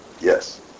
Yes